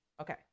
Okay